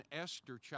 Esther